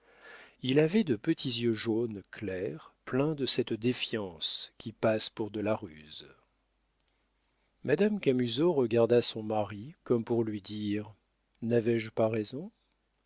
il avait de petits yeux jaune clair pleins de cette défiance qui passe pour de la ruse madame camusot regarda son mari comme pour lui dire n'avais-je pas raison